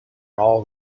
all